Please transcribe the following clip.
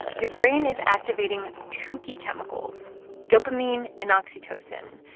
your brain is activating two key chemicals dopamine and oxytocin,